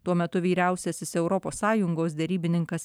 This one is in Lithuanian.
tuo metu vyriausiasis europos sąjungos derybininkas